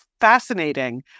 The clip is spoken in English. fascinating